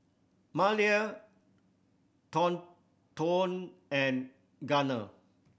Malia Thornton and Gunner